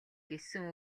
гэсэн